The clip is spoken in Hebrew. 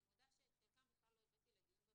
אני מודה שאת חלקם בכלל לא הבאתי לדיון בוועדה.